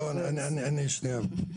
לא, שנייה.